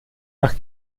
nach